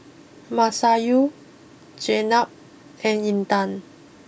Masayu Jenab and Intan